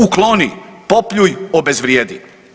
Ukloni, popljuj, obezvrijedi.